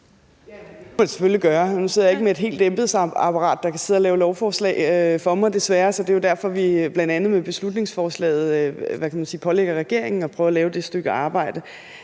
det kunne man selvfølgelig gøre. Nu sidder jeg ikke med et helt embedsapparat, der kan sidde og lave lovforslag for mig, desværre, så det er jo derfor, at vi bl.a. med beslutningsforslaget pålægger regeringen at prøve at lave det stykke arbejde.